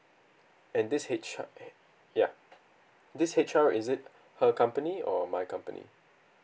and this H_R ya this H_R is it her company or my company